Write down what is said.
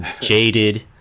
jaded